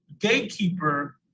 gatekeeper